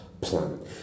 plan